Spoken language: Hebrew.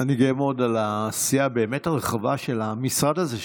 אני גאה מאוד על העשייה הבאמת-רחבה של המשרד הזה,